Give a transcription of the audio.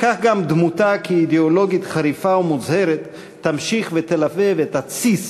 כך גם דמותה כאידיאולוגית חריפה ומוצהרת תמשיך ותלווה ותתסיס